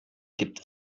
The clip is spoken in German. gibt